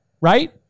right